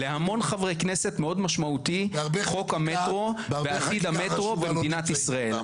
להמון חברי כנסת מאוד משמעותי חוק המטרו ועתיד המטרו במדינת ישראל.